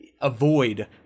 avoid –